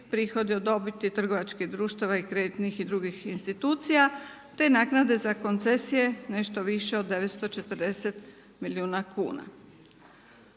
prihodi od dobiti trgovačkih društava i kreditnih i drugih institucija, te naknade za koncesije, nešto više od 940 milijuna kuna.